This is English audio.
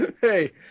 Hey